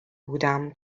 بودم